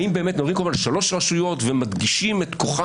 האם באמת מדברים כאן על שלוש רשויות ומדגישים את כוחה